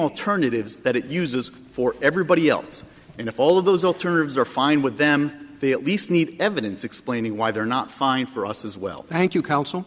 alternatives that it uses for everybody else and if all of those alternatives are fine with them they at least need evidence explaining why they're not fine for us as well thank you coun